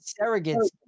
surrogates